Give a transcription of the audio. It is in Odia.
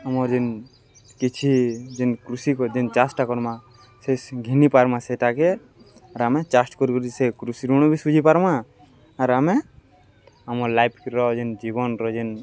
ଆମର୍ ଯେନ୍ କିଛି ଯେନ୍ କୃଷି ଯେନ୍ ଚାଷଟା କର୍ମା ସେ ଘିିନି ପାର୍ମା ସେଟାକେ ଆର୍ ଆମେ ଚାଷ୍ କର କରି ସେ କୃଷି ଋଣ୍ ବି ଶୁଝି ପାର୍ମା ଆର୍ ଆମେ ଆମର୍ ଲାଇଫ୍ର ଯେନ୍ ଜୀବନ୍ର ଯେନ୍